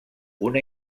una